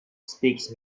speaks